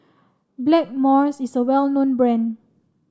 Blackmores is a well known brand